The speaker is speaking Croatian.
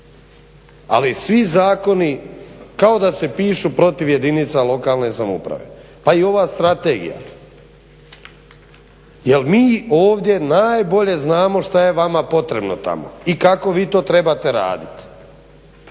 Ali svi zakoni kao da se pišu protiv jedinica lokalne samouprave. Pa i ova strategija. Jer mi ovdje najbolje znamo šta je vama potrebno tamo i kako vi to trebate raditi.